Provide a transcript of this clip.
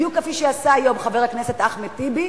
בדיוק כפי שעשה היום חבר הכנסת אחמד טיבי,